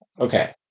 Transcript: Okay